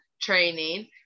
training